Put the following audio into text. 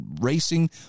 racing